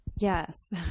Yes